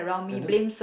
and that's